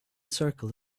circle